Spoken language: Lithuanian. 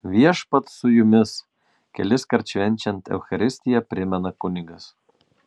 viešpats su jumis keliskart švenčiant eucharistiją primena kunigas